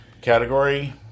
category